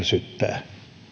joskus ärsyttää